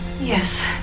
Yes